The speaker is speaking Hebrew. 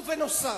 ובנוסף,